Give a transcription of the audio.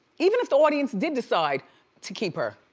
even if the audience did decide to keep her,